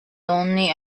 lonely